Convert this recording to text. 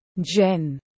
Jen